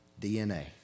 DNA